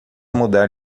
mudar